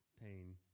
pain